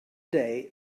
day